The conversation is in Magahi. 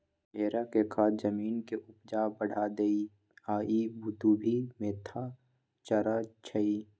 भेड़ा के खाद जमीन के ऊपजा बढ़ा देहइ आ इ दुभि मोथा चरै छइ